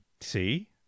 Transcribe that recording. See